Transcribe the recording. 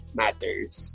matters